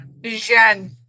Jean